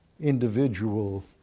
individual